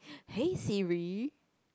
hey Siri